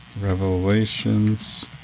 Revelations